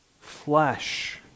flesh